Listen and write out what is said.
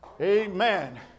Amen